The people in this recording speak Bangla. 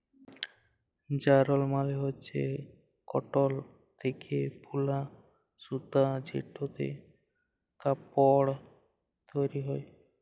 যারল মালে হচ্যে কটল থ্যাকে বুলা সুতা যেটতে কাপল তৈরি হ্যয়